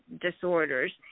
disorders